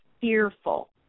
fearful